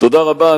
תודה רבה.